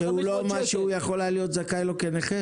-- הוא לא מה שהוא יכול היה להיות זכאי לו כנכה.